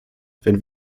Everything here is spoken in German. wenn